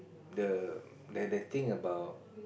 the they they think about